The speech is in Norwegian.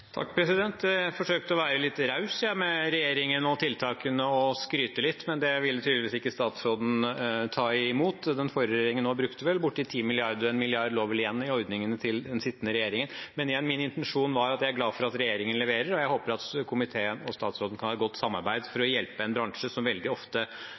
Jeg forsøkte å være litt raus med regjeringen og tiltakene og skryte litt, men det ville tydeligvis ikke statsråden ta imot. Den forrige regjeringen brukte vel bortimot 10 mrd. kr, og 1 mrd. kr lå igjen i ordningene til den sittende regjeringen. Men igjen: Min intensjon er at jeg er glad for at regjeringen leverer, og jeg håper at komiteen og statsråden kan ha et godt samarbeid for å hjelpe en bransje som veldig ofte